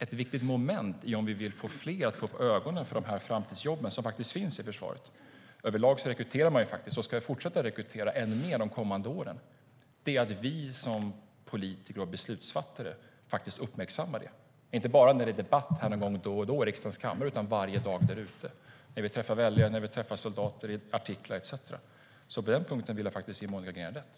Ett viktigt moment om vi vill få fler att få upp ögonen för de framtidsjobb som finns i försvaret - det rekryteras överlag, och man ska fortsätta att rekrytera ännu mer de kommande åren - är att vi som politiker och beslutsfattare uppmärksammar det. Det ska vi inte bara göra när det då och då är debatt i riksdagens kammare utan varje dag ute i landet när vi träffar väljare och soldater, skriver artiklar etcetera. På den punkten vill jag ge Monica Green rätt.